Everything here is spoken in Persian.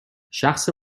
شخص